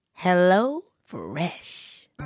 HelloFresh